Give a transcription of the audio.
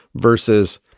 Versus